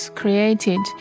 created